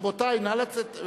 רבותי, נא לצאת.